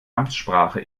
amtssprache